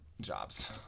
Jobs